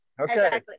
okay